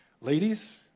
Ladies